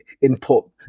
input